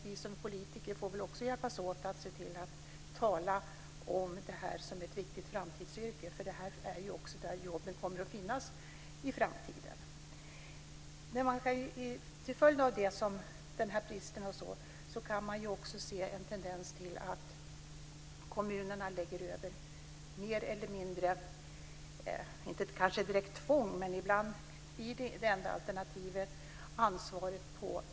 Vi som är politiker får väl också hjälpas åt att se till att tala om det här som ett viktigt framtidsyrke, för det är ju här jobben kommer att finnas i framtiden. Man kan se att kommunerna till följd av denna brist lägger över ansvaret på närstående anhöriga - kanske inte genom direkt tvång, men ibland blir det det enda alternativet.